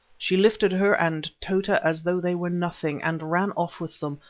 she lifted her and tota as though they were nothing, and ran off with them,